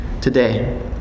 today